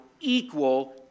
equal